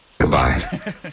Goodbye